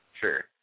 sure